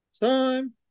time